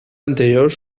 anterior